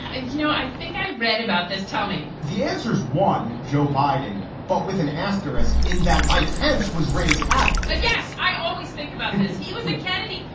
ah you know, i think i read about this tell me the answer is one, joe biden. but with an asterisk in that mike pence was raised catholic i guess i always think about this. he was a kennedy.